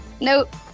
Nope